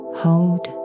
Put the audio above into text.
hold